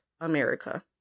america